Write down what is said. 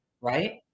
Right